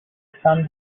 from